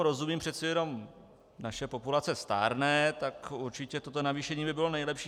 Rozumím tomu, přece jenom naše populace stárne, určitě toto navýšení by bylo nejlepší.